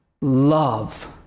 love